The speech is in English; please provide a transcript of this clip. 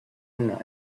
and